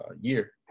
year